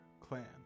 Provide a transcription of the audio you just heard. clan